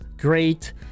great